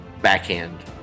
backhand